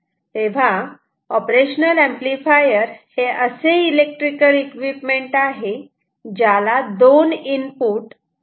तेव्हा operational amplifier हे असे इलेक्ट्रिकल इक्विपमेंट आहे ज्याला दोन इनपुट व 1 आउटपुट असते